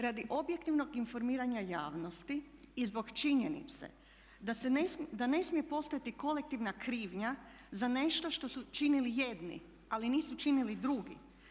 Radi objektivnog informiranja javnosti i zbog činjenice da ne smije postojati kolektivna krivnja za nešto što su činili jedni ali nisu činili drugi.